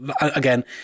Again